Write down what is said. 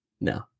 no